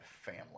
family